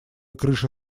крыша